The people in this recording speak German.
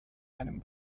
einem